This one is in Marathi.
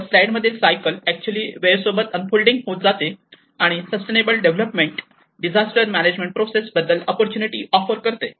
वर स्लाईड मधील सायकल ऍक्च्युली वेळेसोबत अनफोल्डिंग होत जाते आणि sustainable development disaster management process बद्दल ओप्पोर्तूनिटी ऑफर करते